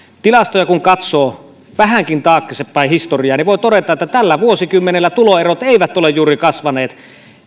tilastoja kun katsoo vähänkin taaksepäin historiaa niin voi todeta että tällä vuosikymmenellä tuloerot eivät ole juuri kasvaneet